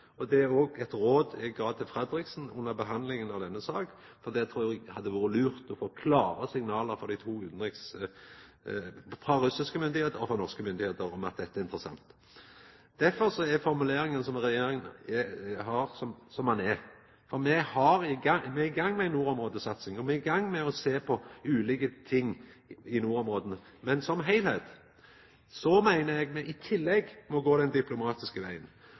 og det er også eit råd eg gav til Fredriksen under behandlinga av denne saka. Eg trur det hadde vore lurt å få klare signal frå russiske myndigheiter og frå norske myndigheiter med tanke på om dette er interessant. Derfor er formuleringa til regjeringspartia som ho er, for me er i gang med nordområdesatsinga – me er i gang med å sjå på ulike ting i nordområda. Men eg meiner at me i tillegg må gå den diplomatiske vegen.